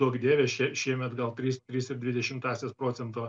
duok dieve šie šiemet gal tris tris ir dvidešimtąsias procento